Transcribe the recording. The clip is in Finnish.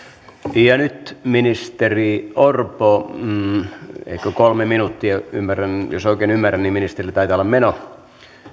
ja nyt ministeri orpo ehkä kolme minuuttia jos oikein ymmärrän niin ministerillä taitaa olla meno